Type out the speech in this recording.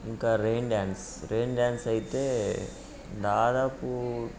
ఇంకా rain dance rain dance అయితే దాదాపు